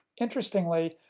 interestingly,